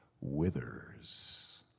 withers